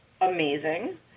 amazing